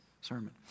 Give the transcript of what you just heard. sermon